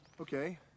Okay